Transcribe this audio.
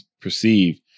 perceived